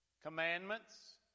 commandments